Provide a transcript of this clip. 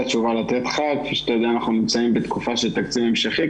שאתה יודע אנחנו נמצאים בתקופה של תקציב המשכי,